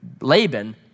Laban